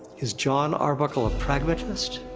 is jon arbuckle a pragmatist?